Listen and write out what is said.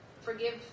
forgive